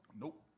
Nope